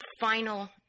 final